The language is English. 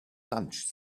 lunch